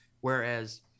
Whereas